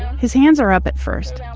his hands are up at first.